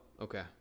Okay